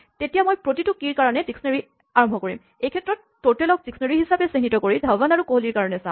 তেতিয়া মই প্ৰতিটো কীচাবিৰ কাৰণে ডিস্কনেৰীঅভিধান আৰম্ভ কৰিম এইক্ষেত্ৰত টোটেলক ডিস্কনেৰীঅভিধানহিচাপে চিহ্নিত কৰি ধৱন আৰু কোহলিৰ কাৰণে চাম